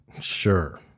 sure